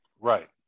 Right